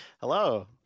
Hello